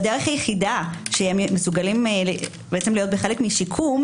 הדרך היחידה שהם מסוגלים להיות בחלק משיקום,